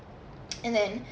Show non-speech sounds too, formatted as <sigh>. <noise> and then